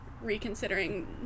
reconsidering